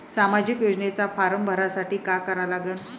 सामाजिक योजनेचा फारम भरासाठी का करा लागन?